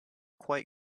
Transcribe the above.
quite